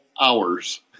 hours